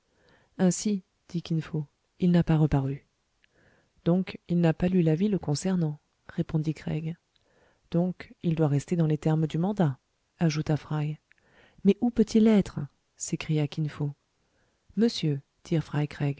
ainsi dit kin fo il n'a pas reparu donc il n'a pas lu l'avis le concernant répondit craig donc il doit rester dans les termes du mandat ajouta fry mais où peut-il être s'écria kin fo monsieur dirent